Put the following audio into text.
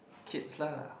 kids lah